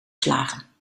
slagen